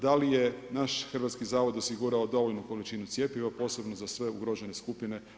Da li je naš Hrvatski zavod osigurao dovoljnu količinu cjepiva posebno za ugrožene skupine?